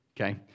okay